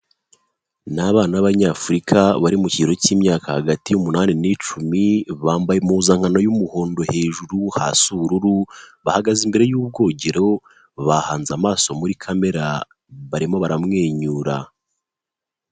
Ni abana b'abanyafurika bari mu kigero cy'imyaka hagati y' umunani n'icumi, bambaye impuzankano y'umuhondo hejuru, hasi ubururu, bahagaze imbere y'ubwogero, bahanze amaso muri kamera barimo baramwenyura.